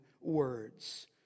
words